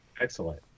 excellent